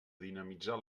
dinamitzar